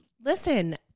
listen